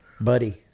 Buddy